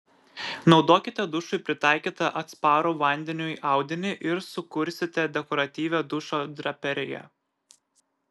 naudokite dušui pritaikytą atsparų vandeniui audinį ir sukursite dekoratyvią dušo draperiją